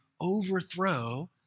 overthrow